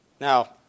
Now